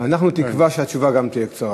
ואנחנו תקווה שהתשובה גם תהיה קצרה.